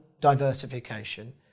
diversification